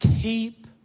Keep